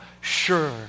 sure